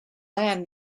land